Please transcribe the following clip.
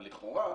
לכאורה,